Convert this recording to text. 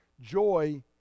joy